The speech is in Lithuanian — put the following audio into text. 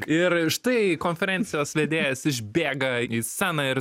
ir štai konferencijos vedėjas išbėga į sceną ir